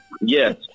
Yes